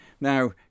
Now